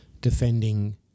defending